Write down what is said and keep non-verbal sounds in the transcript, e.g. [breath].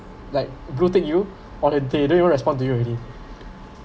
like blue tick you [breath] or they they don't want respond to you already